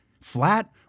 Flat